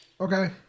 Okay